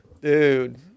dude